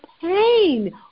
pain